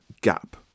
gap